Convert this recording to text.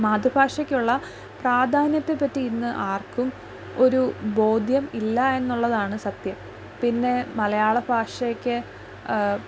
മാതൃഭാഷയ്ക്കുള്ള പ്രാധാന്യത്തെ പറ്റി ഇന്ന് ആര്ക്കും ഒരു ബോധ്യം ഇല്ല എന്നുള്ളതാണ് സത്യം പിന്നെ മലയാള ഭാഷയ്ക്ക്